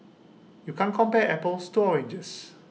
you can't compare apples to oranges